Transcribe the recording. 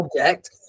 object